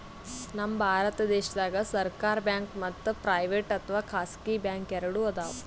ನಮ್ ಭಾರತ ದೇಶದಾಗ್ ಸರ್ಕಾರ್ ಬ್ಯಾಂಕ್ ಮತ್ತ್ ಪ್ರೈವೇಟ್ ಅಥವಾ ಖಾಸಗಿ ಬ್ಯಾಂಕ್ ಎರಡು ಅದಾವ್